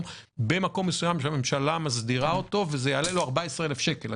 במקום מסוים שהממשלה מסדירה אותו וזה יעלה לו 14,000 שקלים.